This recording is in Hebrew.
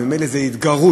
וממילא זה התגרות,